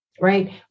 right